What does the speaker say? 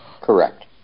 Correct